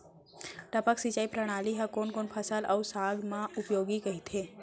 टपक सिंचाई प्रणाली ह कोन कोन फसल अऊ साग म उपयोगी कहिथे?